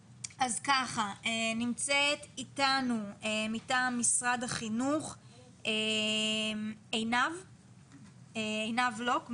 נמצאת אתנו מטעם משרד החינוך עינב לוק,